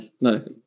no